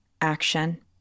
action